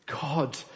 God